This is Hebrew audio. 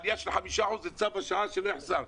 עלייה של 5% זה צו השעה, שלא יחסר.